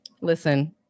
listen